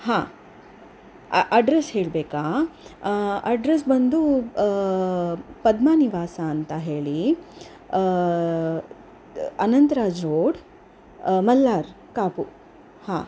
ಹಾಂ ಅಡ್ರೆಸ್ ಹೇಳಬೇಕ ಅಡ್ರೆಸ್ ಬಂದು ಪದ್ಮ ನಿವಾಸ ಅಂತ ಹೇಳಿ ಅನಂತ್ ರಾಜ್ ರೋಡ್ ಮಲ್ಲಾರ್ ಕಾಪು ಹಾಂ